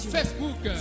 Facebook